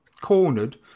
cornered